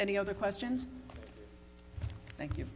any other questions thank you